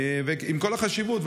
ועם כל החשיבות,